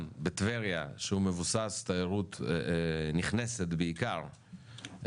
בטבריה שהוא מבוסס תיירות נכנסת בעיקר,